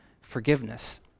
forgiveness